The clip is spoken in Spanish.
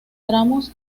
tramos